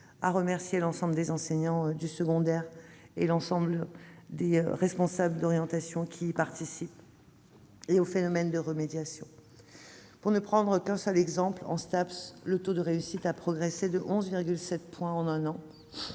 à remercier l'ensemble des enseignants du secondaire et l'ensemble des services responsables de l'orientation qui y contribuent, ainsi qu'au phénomène de remédiation. Pour ne prendre qu'un seul exemple, en Staps, le taux de réussite a progressé de 11,7 points en un an.